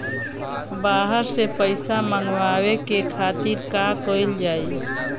बाहर से पइसा मंगावे के खातिर का कइल जाइ?